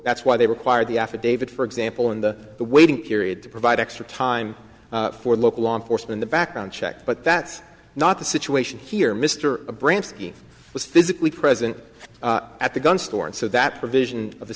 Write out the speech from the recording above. that's why they require the affidavit for example in the waiting period to provide extra time for local law enforcement the background check but that's not the situation here mr branch was physically present at the gun store and so that provision of the